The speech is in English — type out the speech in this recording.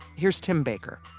here's tim baker